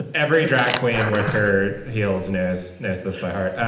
every drag queen with her heels in is there's this by heart